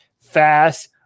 fast